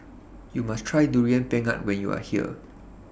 YOU must Try Durian Pengat when YOU Are here